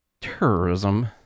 terrorism